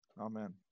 Amen